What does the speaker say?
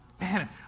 Man